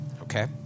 Okay